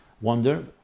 wonder